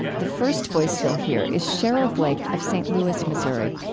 the first voice you'll hear is cheryl blake of st. louis, missouri